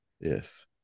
Yes